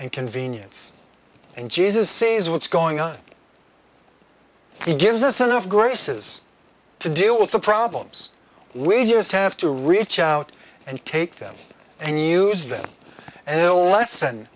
and convenience and jesus say's what's going on he gives us enough graces to deal with the problems we just have to reach out and take them and use them and the less